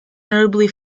notably